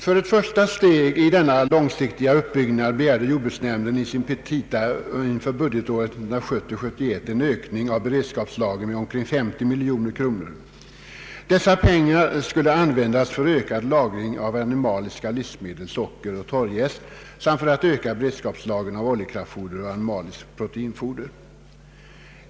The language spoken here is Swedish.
För ett första steg i denna långsiktiga uppbyggnad begärde jordbruksnämnden i sina petita inför budgetåret 1970/71 en ökning av beredskapslagren med omkring 50 miljoner kronor. Dessa pengar skulle användas för ökad lagring av animaliska livsmedel, socker och torrjäst samt för att öka beredskapslagren av oljekraftfoder och animaliskt proteinfoder.